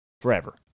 forever